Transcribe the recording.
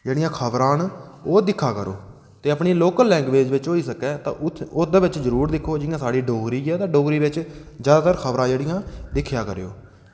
जेह्ड़ियां खबरां न ओह् दिक्खा करो ते अपनी लोकल लैंग्वेज़ बिच होई सकै ते ओह्दे बिच जरूर दिक्खो की जियां साढ़ी डोगरी ऐ डोगरी बिच जादैतर खबरां जेह्ड़ियां दिक्खेआ करो